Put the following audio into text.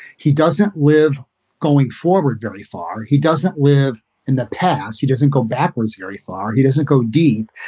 he doesn't live going forward very far. he doesn't live in the past. he doesn't go backwards very far. he doesn't go deep.